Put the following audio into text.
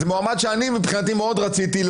זה מועמד שאני מבחינתי מאוד רציתי.